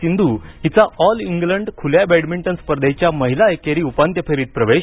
सिंधू हिचा all England खुल्या badminton स्पर्धेच्या महिला एकेरी उपांत्य फेरीत प्रवेश